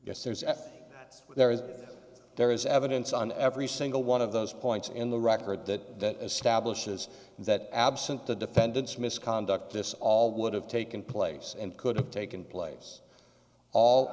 yes there is at there is there is evidence on every single one of those points in the record that as stablish says that absent the defendant's misconduct this all would have taken place and could have taken place all